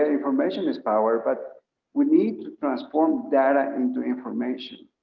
ah information is power, but we need to transform data into information.